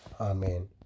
Amen